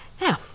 Now